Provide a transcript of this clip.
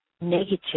negative